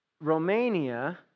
Romania